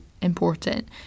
important